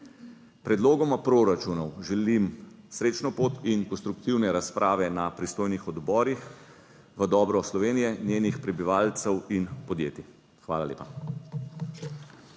Predlogoma proračunov želim srečno pot in konstruktivne razprave na pristojnih odborih v dobro Slovenije in njenih prebivalcev in podjetij. Hvala lepa.